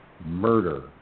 murder